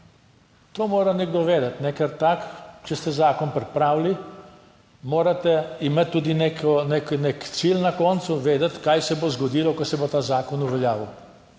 To mora nekdo vedeti, ker če ste zakon pripravili, morate imeti tudi nek cilj na koncu vedeti, kaj se bo zgodilo, ko se bo ta zakon uveljavil.